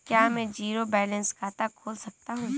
क्या मैं zero balance खाता खोल सकता हूँ?